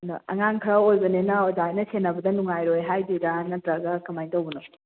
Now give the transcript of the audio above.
ꯑꯗꯣ ꯑꯉꯥꯡ ꯈꯔ ꯑꯣꯏꯕꯅꯤꯅ ꯑꯣꯖꯥꯍꯣꯏꯅ ꯁꯦꯟꯅꯕꯗ ꯅꯨꯡꯉꯥꯏꯔꯣꯏ ꯍꯥꯏꯗꯣꯏꯔꯥ ꯅꯠꯇ꯭ꯔꯒ ꯀꯃꯥꯏꯅ ꯇꯧꯕꯅꯣ